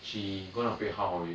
she gonna pay half of it